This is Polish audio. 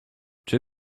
czy